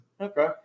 okay